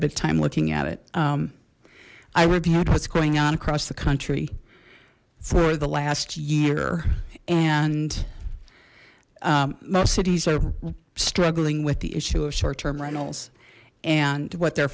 a bit of time looking at it i reviewed what's going on across the country for the last year and most cities are struggling with the issue of short term rentals and what they're